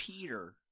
Peter